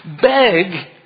Beg